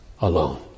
alone